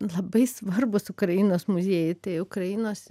labai svarbūs ukrainos muziejai tai ukrainos